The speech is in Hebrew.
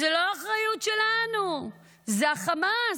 זה לא אחריות שלנו, זה החמאס.